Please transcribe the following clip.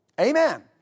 Amen